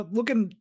Looking